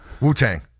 wu-tang